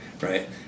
right